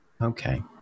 Okay